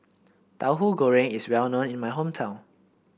Tauhu Goreng is well known in my hometown